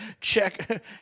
check